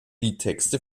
liedtexte